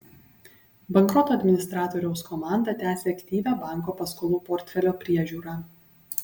bankroto administratoriaus komanda tęsia aktyvią banko paskolų portfelio priežiūrą